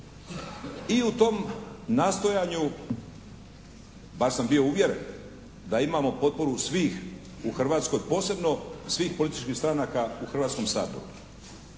I u tom nastojanju, bar sam bio uvjeren da imamo potporu svih u Hrvatskoj, posebno svih političkih stranaka u Hrvatskom saboru.